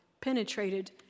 penetrated